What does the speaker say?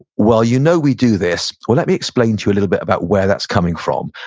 well, you know we do this. well, let me explain to you a little bit about where that's coming from.